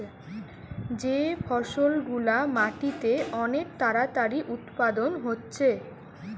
যে ফসল গুলা মাটিতে অনেক তাড়াতাড়ি উৎপাদন হচ্ছে